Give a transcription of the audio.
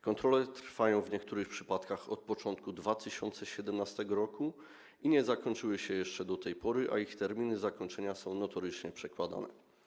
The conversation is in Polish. Kontrole trwają w niektórych przypadkach od początku 2017 r. i nie zakończyły się jeszcze do tej pory, a terminy ich zakończenia są notorycznie przekładane.